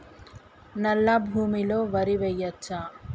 నల్లా భూమి లో వరి వేయచ్చా?